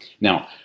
Now